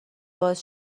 باز